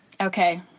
Okay